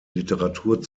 literatur